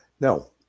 No